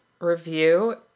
Review